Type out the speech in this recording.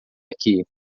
aqui